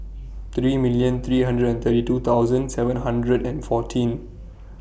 three million three hundred and thirty two thousand seven hundred and fourteen